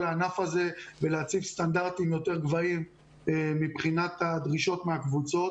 הענף הזה ולהציב סטנדרטים יותר גבוהים מבחינת הדרישות מהקבוצות.